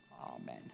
Amen